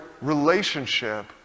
relationship